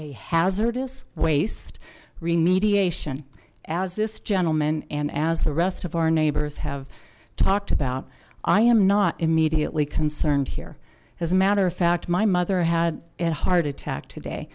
a hazardous waste re mediation as this gentleman and as the rest of our neighbors have talked about i am not immediately concerned here as a matter of fact my mother had a heart attack today